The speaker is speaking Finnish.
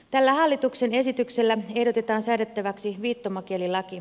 tällä hallituksen esityksellä ehdotetaan säädettäväksi viittomakielilaki